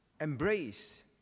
embrace